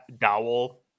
dowel